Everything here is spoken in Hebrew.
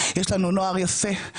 יש לנו נוער יפה,